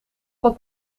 wat